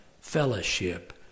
fellowship